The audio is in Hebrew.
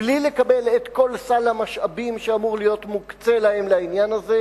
בלי לקבל את כל סל המשאבים שאמור להיות מוקצה להן לעניין הזה,